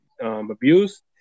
abuse